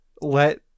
let